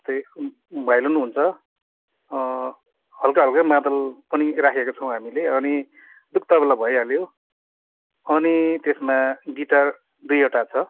जस्तै भायोलिन हुन्छ हल्का हल्का मादल पनि राखेका छौँ हामीले अनि डुगी तबला भइहाल्यो अनि त्यसमा गिटार दुईवटा छ